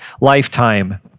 lifetime